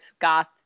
goth